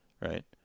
right